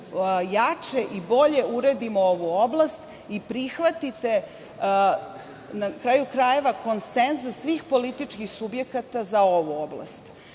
jače i bolje uredimo ovu oblast i prihvatite konsenzus svih političkih subjekata za ovu oblast. Ne